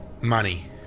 money